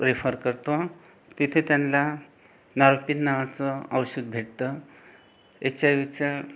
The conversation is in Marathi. रेफर करतो तिथं त्यांना नार्टिन नावाचं औषध भेटतं एच आय वीच्या